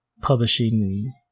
publishing